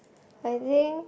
I think